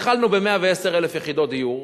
התחלנו ב-110,000 יחידות דיור.